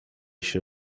się